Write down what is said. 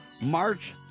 March